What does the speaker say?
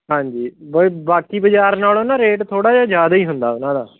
ਹਾਂਜੀ ਬ ਬਾਕੀ ਬਾਜ਼ਾਰ ਨਾਲੋਂ ਨਾ ਰੇਟ ਥੋੜ੍ਹਾ ਜਿਹਾ ਜ਼ਿਆਦਾ ਹੀ ਹੁੰਦਾ ਉਹਨਾਂ ਦਾ